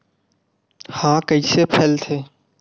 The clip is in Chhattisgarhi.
ह कइसे फैलथे?